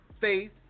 faith